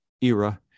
era